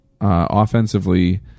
offensively